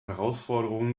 herausforderungen